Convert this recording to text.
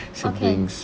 how can